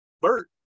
Bert